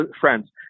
friends